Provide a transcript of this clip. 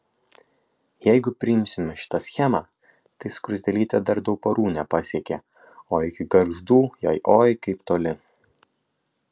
jeigu priimsime šitą schemą tai skruzdėlytė dar dauparų nepasiekė o iki gargždų jai oi kaip toli